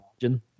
imagine